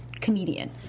comedian